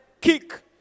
kick